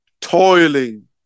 toiling